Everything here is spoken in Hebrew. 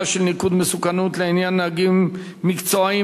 של ניקוד מסוכנות לעניין נהגים מקצועיים),